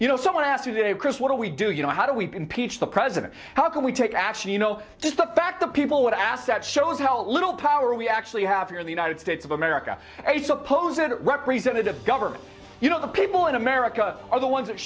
you know someone asked you to chris what do we do you know how do we impeach the president how can we take action you know just the fact that people would ask that shows how little power we actually have here in the united states of america and i suppose that representative government you know the people in america are the ones that